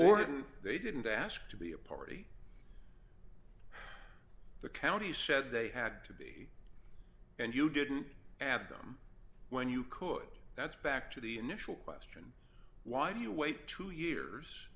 or they didn't ask to be a party the county said they had to be and you didn't have them when you could that's back to the initial question why do you wait two years